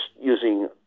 using